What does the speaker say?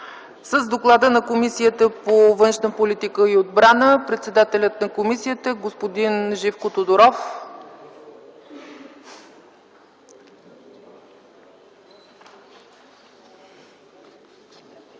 С доклада на Комисията по външна политика и отбрана ще ни запознае председателят на комисията господин Живко Тодоров.